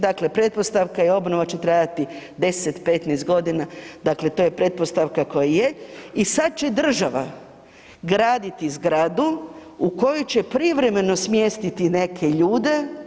Dakle pretpostavka i obnova će trajati 10, 15 godina, dakle to je pretpostavka koja je i sada će država graditi zgradu u koju će privremeno smjestiti neke ljude.